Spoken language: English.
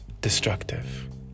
destructive